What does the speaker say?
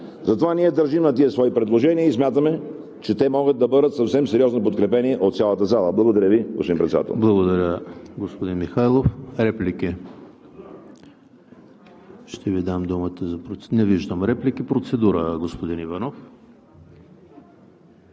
Затова ние държим на тези свои предложения и смятаме, че те могат да бъдат съвсем сериозно подкрепени от цялата зала. Благодаря Ви, господин Председател.